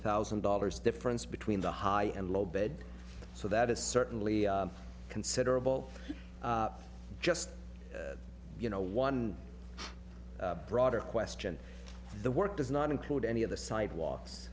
thousand dollars difference between the high and low bed so that is certainly considerable just you know one broader question the work does not include any of the sidewalks